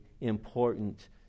important